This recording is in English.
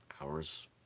hours